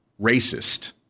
racist